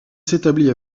s’établit